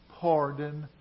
pardon